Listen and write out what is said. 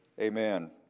Amen